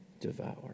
devour